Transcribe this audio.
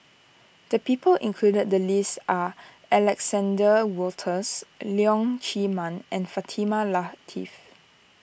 the people included the list are Alexander Wolters Leong Chee Mun and Fatimah Lateef